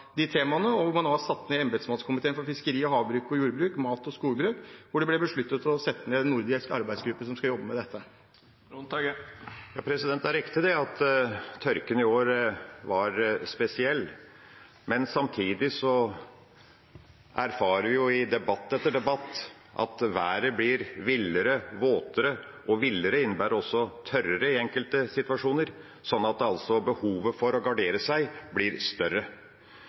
de temaene. Man har satt ned embetsmannskomiteen for fiskeri, havbruk, jordbruk, næringsmidler og skogbruk, og det ble besluttet å sette ned en nordisk arbeidsgruppe som skal jobbe med dette. Det er riktig at tørken i år var spesiell, men samtidig erfarer vi jo i debatt etter debatt at været blir villere, våtere – og villere innebærer også tørrere i enkelte situasjoner – slik at behovet for å gardere seg blir større.